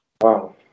wow